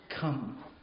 come